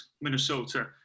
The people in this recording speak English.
Minnesota